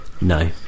No